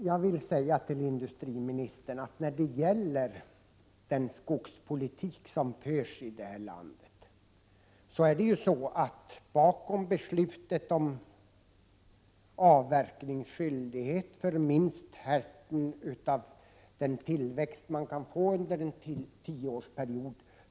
Fru talman! När det gäller den skogspolitik som förs i det här landet vill jag säga till industriministern att både socialdemokrater och vpk-are här i riksdagen stod bakom beslutet om skogsägarnas skyldighet att avverka minst hälften av tillväxten under en tioårsperiod.